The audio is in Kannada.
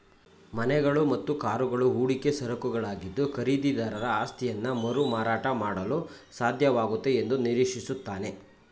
ಮನೆಗಳು ಮತ್ತು ಕಾರುಗಳು ಹೂಡಿಕೆ ಸರಕುಗಳಾಗಿದ್ದು ಖರೀದಿದಾರ ಆಸ್ತಿಯನ್ನಮರುಮಾರಾಟ ಮಾಡಲುಸಾಧ್ಯವಾಗುತ್ತೆ ಎಂದುನಿರೀಕ್ಷಿಸುತ್ತಾನೆ